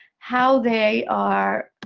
how they are